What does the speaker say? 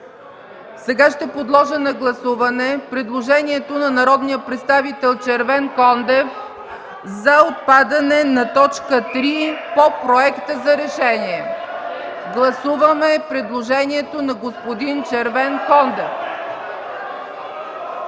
Сега ще подложа на гласуване предложението на народния представител Червенкондев за отпадане на т. 3 по Проекта за решение. (Шум и реплики от КБ.) Гласуваме предложението на господин Червенкондев!